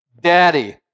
daddy